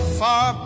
far